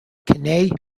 kenai